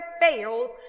fails